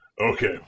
Okay